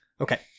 Okay